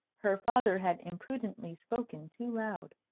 her father had imprudently spoken too loud.